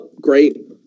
great